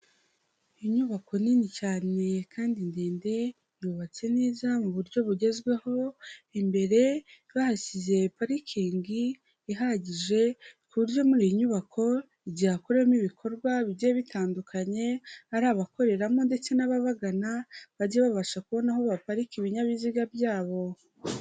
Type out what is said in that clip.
Inyubako nini cyane kandi ndende yubatse neza mu buryo bugezweho, imbere bahashyize parikingi ihagije ku buryo muri iyi nyubako igihe hakorewemo ibikorwa bigiye bitandukanye, ari abakoreramo ndetse n'ababagana bajye babasha kubona aho baparika ibinyabiziga byabo.